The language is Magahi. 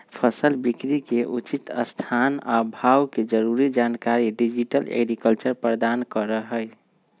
फसल बिकरी के उचित स्थान आ भाव के जरूरी जानकारी डिजिटल एग्रीकल्चर प्रदान करहइ